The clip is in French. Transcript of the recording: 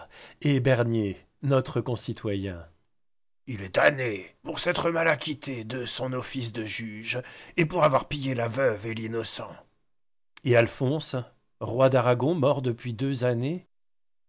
et bernier notre concitoyen il est damné pour s'être mal acquitté de son office de juge et pour avoir pillé la veuve et l'innocent et alphonse roi d'arragon mort depuis deux années